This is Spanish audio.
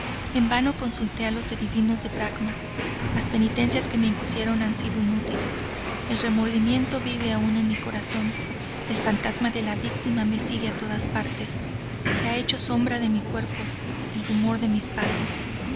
en vano consulte a los adivinos de bracma las penitencias que me impusieron han sido inútiles el remordimiento vive aun en mi corazón el fantasma de la víctima me sigue a todas partes se ha hecho sombra de mi cuerpo el rumor de mis pasos